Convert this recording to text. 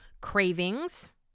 cravings